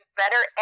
better